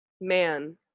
Man